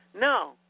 No